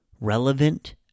relevant